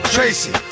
Tracy